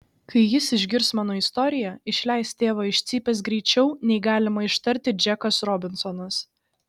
kai jis išgirs mano istoriją išleis tėvą iš cypės greičiau nei galima ištarti džekas robinsonas